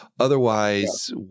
Otherwise